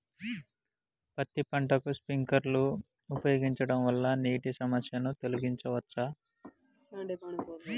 పత్తి పంటకు స్ప్రింక్లర్లు ఉపయోగించడం వల్ల నీటి సమస్యను తొలగించవచ్చా?